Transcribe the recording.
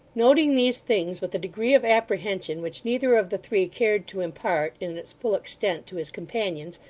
noting these things with a degree of apprehension which neither of the three cared to impart, in its full extent, to his companions,